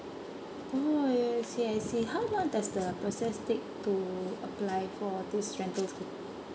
oh I see I see how long does the process take to apply for this rental scheme